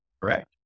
Correct